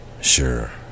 sure